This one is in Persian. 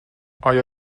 آیا